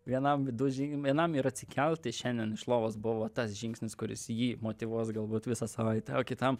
vienam du žing vienam ir atsikelti šiandien iš lovos buvo tas žingsnis kuris jį motyvuos galbūt visą savaitę o kitam